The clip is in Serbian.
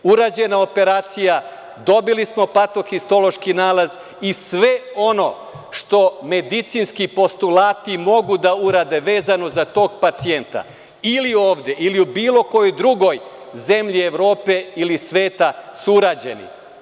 Urađena je operacija, dobili smo patohistološki nalaz i sve ono što medicinski postulati mogu da urade vezano za tog pacijenta ili ovde ili u bilo kojoj drugoj zemlji Evrope ili sveta su urađeni.